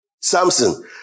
Samson